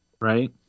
right